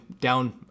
down